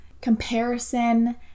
comparison